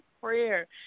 prayer